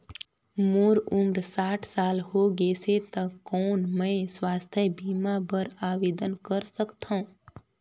मोर उम्र साठ साल हो गे से त कौन मैं स्वास्थ बीमा बर आवेदन कर सकथव?